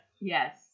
Yes